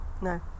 No